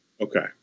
Okay